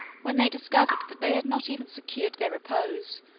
when they discovered that they had not even secured their repose,